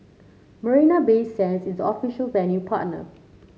Marina Bay Sands is the official venue partner